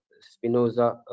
Spinoza